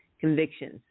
convictions